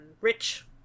rich